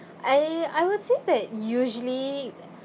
I I would say that usually